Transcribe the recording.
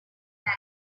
real